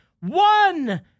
One